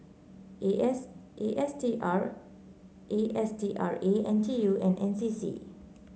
A S A S T R A S T R A N T U and N C C